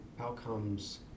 outcomes